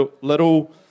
little